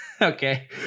okay